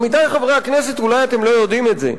עמיתי חברי הכנסת, אולי אתם לא יודעים את זה,